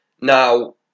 Now